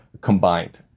combined